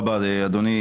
תודה רבה, אדוני.